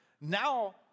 now